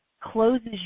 closes